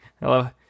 Hello